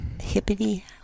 hippity